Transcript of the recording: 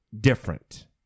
different